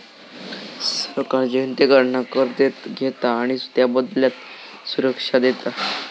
सरकार जनतेकडना कर घेता आणि त्याबदल्यात सुरक्षा देता